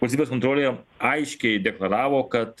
valstybės kontrolė aiškiai deklaravo kad